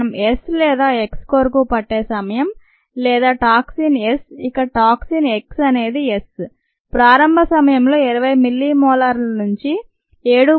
మనం S లేదా X కొరకు పట్టే సమయం లేదా టాక్సిన్ S ఇక్కడ టాక్సిన్ X అనేది S ప్రారంభ సమయంలో 20 మిల్లీమోలర్ల నుంచి 7